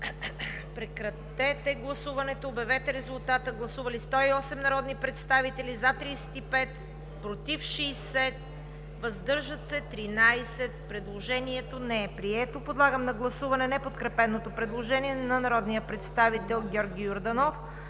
група народни представители. Гласували 108 народни представители: за 35, против 60, въздържали се 13. Предложението не е прието. Подлагам на гласуване неподкрепеното предложение на народния представител Георги Йорданов